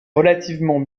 relativement